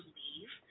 leave